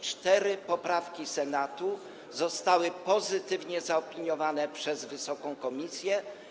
Cztery poprawki Senatu zostały pozytywnie zaopiniowane przez wysoką komisję.